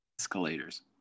escalators